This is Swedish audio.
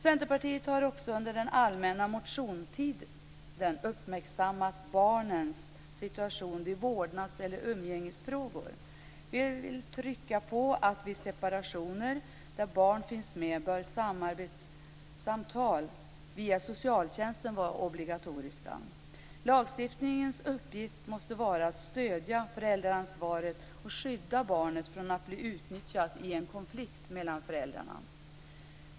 Centerpartiet har under den allmänna motionstiden även uppmärksammat barnens situation i vårdnads och umgängesfrågor. Vi vill trycka på att vid separationer där barn finns med bör samarbetssamtal via socialtjänsten vara obligatoriska. Lagstiftningens uppgift måste vara att stödja föräldraansvaret och skydda barnet från att bli utnyttjat i en konflikt mellan föräldrarna.